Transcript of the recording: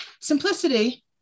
simplicity